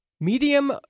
Medium